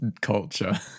culture